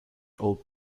old